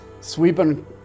sweeping